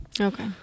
Okay